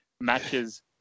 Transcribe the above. matches